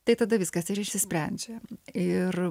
tai tada viskas ir išsisprendžia ir